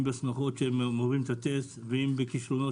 אם בסמיכות שהם אומרים לעשות את הטסט ואם בכישלונות